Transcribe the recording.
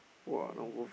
!wah! don't move